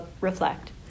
reflect